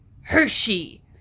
Hershey